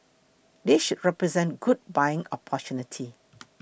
this should represent good buying opportunity